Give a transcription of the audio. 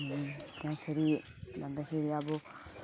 त्यहाँखेरि भन्दाखेरि अब